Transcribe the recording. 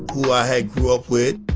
who i had grew up with.